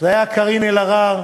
קארין אלהרר